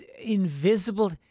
invisible